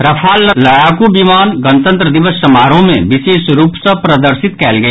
Rafale लड़ाकू विमान गणतंत्र दिवस समारोह मे विशेष रूप सँ प्रदर्शित कयल गेल